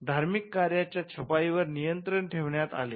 धार्मिक कार्याच्या छपाई वर नियंत्रण ठेवण्यात आले